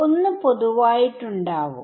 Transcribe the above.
ഒന്ന് പൊതുവായിട്ടുണ്ടാവും